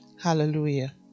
Hallelujah